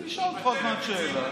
אני אשאל פה עוד מעט שאלה.